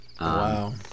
Wow